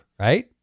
right